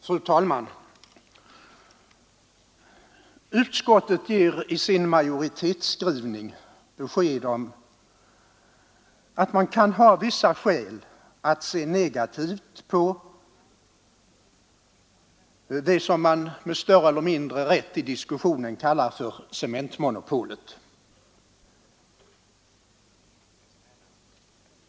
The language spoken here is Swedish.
Fru talman! Utskottet ger i sin majoritetsskrivning besked om att man kan ha vissa skäl att se negativt på det som man med större eller mindre rätt i diskussionen kallar för cementmonopolet.